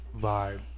vibe